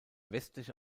westliche